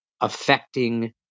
affecting